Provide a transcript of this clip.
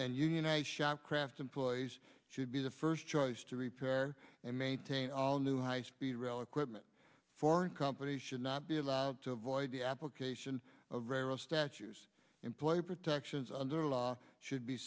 and united shop craft employees should be the first choice to repair and maintain all new high speed rail equipment foreign companies should not be allowed to avoid the application of various statues and play protections under law should be